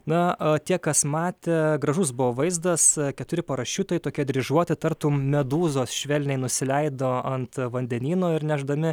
na o tie kas matė gražus buvo vaizdas keturi parašiutai tokie dryžuoti tartum medūzos švelniai nusileido ant vandenyno ir nešdami